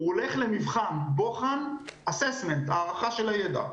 הוא הולך לבוחן הערכה של הידע.